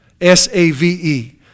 S-A-V-E